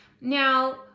Now